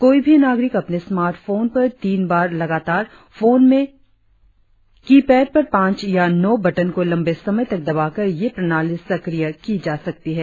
कोई भी नागरिक अपने स्मार्ट फोन पर तीन बार लगाताडर फोन में की पैड पर पांच या नौ बटन को लंबे समय तक दबा कर यह प्रणाली सक्रिय की जा सकती है